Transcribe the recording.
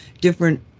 different